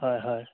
হয় হয়